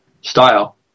style